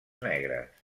negres